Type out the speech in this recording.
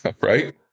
right